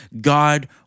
God